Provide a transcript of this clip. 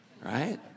right